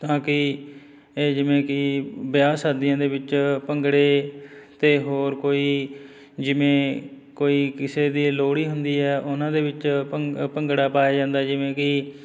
ਤਾਂ ਕਿ ਇਹ ਜਿਵੇਂ ਕਿ ਵਿਆਹ ਸ਼ਾਦੀਆਂ ਦੇ ਵਿੱਚ ਭੰਗੜੇ ਅਤੇ ਹੋਰ ਕੋਈ ਜਿਵੇਂ ਕੋਈ ਕਿਸੇ ਦੇ ਲੋਹੜੀ ਹੁੰਦੀ ਹੈ ਉਹਨਾਂ ਦੇ ਵਿੱਚ ਭੰ ਭੰਗੜਾ ਪਾਇਆ ਜਾਂਦਾ ਹੈ ਜਿਵੇਂ ਕਿ